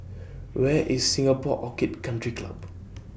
Where IS Singapore Orchid Country Club